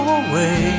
away